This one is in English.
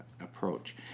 approach